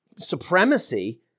supremacy